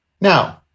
Now